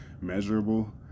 measurable